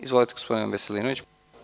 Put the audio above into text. Izvolite gospodine Veselinoviću.